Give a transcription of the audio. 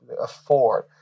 afford